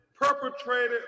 perpetrated